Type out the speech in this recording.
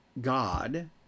God